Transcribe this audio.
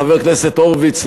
חבר הכנסת הורוביץ,